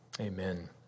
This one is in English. amen